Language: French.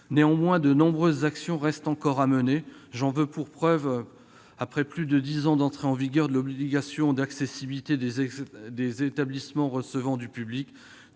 Néanmoins, de nombreuses actions restent encore à mener. Pour preuve, dix ans après l'entrée en vigueur de l'obligation d'accessibilité des établissements recevant du public,